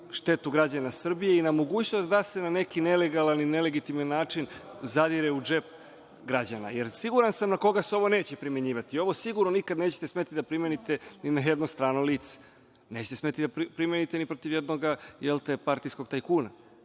štetu građana Srbije i na mogućnost da se na neki nelegalan i nelegitimni način zadire u džep građana. Siguran sam na koga se ovo neće primenjivati. Ovo sigurno nikad nećete smeti da primenite ni na jedno strano lice, nećete smeti da primenite ni protiv jednoga partijskog tajkuna.